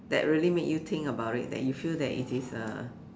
that really make you think about it that you feel that it is a